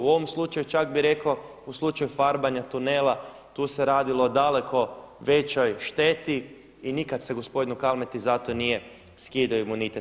U ovom slučaju čak bih rekao u slučaju farbanja tunela, tu se radilo o daleko većoj šteti i nikada se gospodinu Kalmeti za to nije skidao imunitet.